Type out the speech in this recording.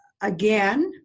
again